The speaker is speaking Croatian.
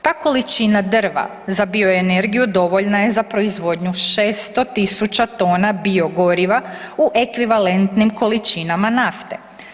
Ta količina drva za bioenergiju dovoljna je za proizvodnju 600 tisuća tona biogoriva u ekvivalentnim količinama nafte.